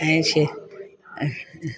ऐं शे